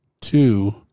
Two